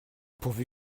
pourvu